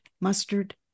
mustard